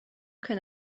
can